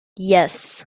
yes